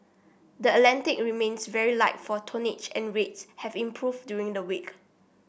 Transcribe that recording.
the Atlantic remains very light for tonnage and rates have improved during the week